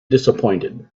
disappointed